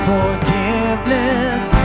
Forgiveness